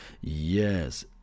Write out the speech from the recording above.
Yes